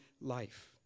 life